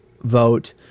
vote